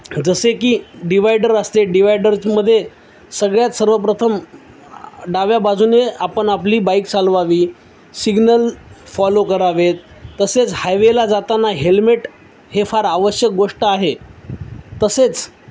जसे की डिवायडर असते डिवायडरमध्ये सगळ्यात सर्वप्रथम डाव्या बाजूने आपण आपली बाईक चालवावी सिग्नल फॉलो करावेत तसेच हायवेला जाताना हेल्मेट हे फार आवश्यक गोष्ट आहे तसेच